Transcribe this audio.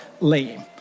lame